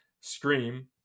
Scream